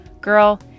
Girl